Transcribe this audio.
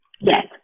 Yes